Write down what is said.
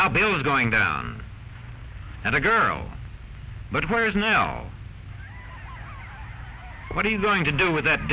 now bill is going down and the girl but where is now what are you going to do with that